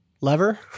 lever